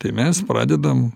tai mes pradedam